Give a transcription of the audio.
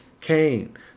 Cain